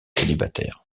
célibataire